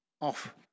off